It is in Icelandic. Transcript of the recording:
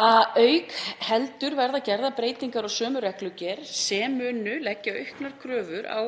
Auk heldur verða gerðar breytingar á sömu reglugerð sem munu leggja auknar kröfur á